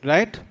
Right